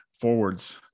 forwards